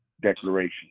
declaration